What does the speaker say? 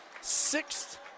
sixth